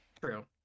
True